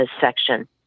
section